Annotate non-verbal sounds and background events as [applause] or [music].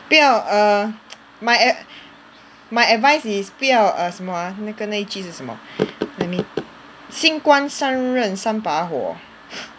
不要 err [noise] my ad~ my advice is 不要 err 什么 ah 那个那句是什么 let me 新官上任三把火